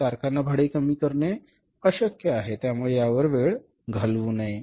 कारखांना भाडे कमी करणे अशक्य आहे त्यामुळे यावर वेळ घालवू नये